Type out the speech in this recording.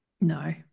No